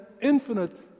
infinite